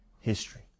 history